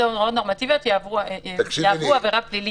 הוראות נורמטיביות יעברו עבירה פלילית.